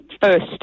first